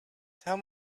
tell